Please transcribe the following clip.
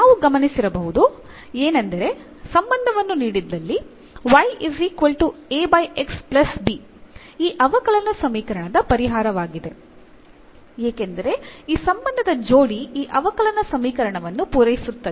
ನಾವು ಗಮನಿಸಿರುವುದು ಏನೆಂದರೆ ಸಂಬಂಧವನ್ನು ನೀಡಿದ್ದಲ್ಲಿ ಈ ಅವಕಲನ ಸಮೀಕರಣದ ಪರಿಹಾರವಾಗಿದೆ ಏಕೆಂದರೆ ಈ ಸಂಬಂಧದ ಜೋಡಿ ಈ ಅವಕಲನ ಸಮೀಕರಣವನ್ನು ಪೂರೈಸುತ್ತದೆ